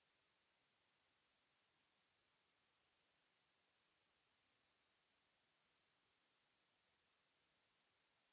Merci,